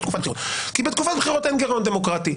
לא תקופת בחירות כי בתקופת בחירות אין גירעון דמוקרטי.